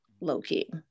low-key